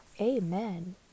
Amen